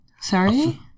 sorry